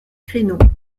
créneaux